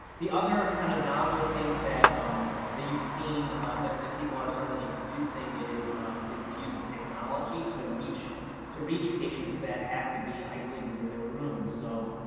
the other kind of novel things that um that you've seen that that people are certainly introducing is is the use of technology to reach to reach patients that have to be isolated in their rooms. so